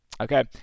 Okay